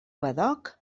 badoc